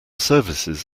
services